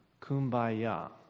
kumbaya